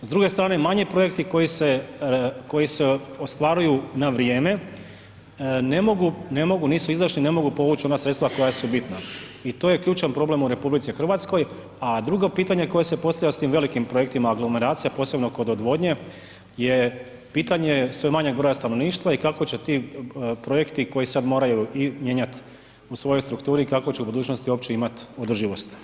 S druge strane manji projekti koji se ostvaruju na vrijeme, ne mogu, nisu izašli, ne mogu povuć ona sredstva koja su bitna i to je ključan problem u RH a drugo pitanje koje se postavlja s tim velikim projektima aglomeracije posebno kod odvodnje je pitanje sve manjeg broja stanovništva i kako će ti projekti koji sad moraju i mijenjati u svojoj strukturi kako će u budućnosti uopće imat održivost.